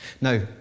Now